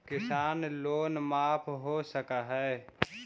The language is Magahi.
किसान लोन माफ हो सक है?